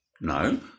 No